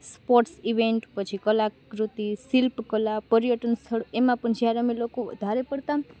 sports event પછી કળાકૃતિ શિલ્પકળા પર્યટન સ્થળ એમાં પણ જ્યારે અમે લોકો વધારે પડતા